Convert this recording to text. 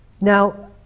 Now